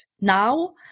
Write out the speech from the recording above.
now